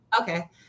okay